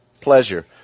pleasure